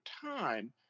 time